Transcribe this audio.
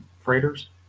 freighters